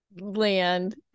land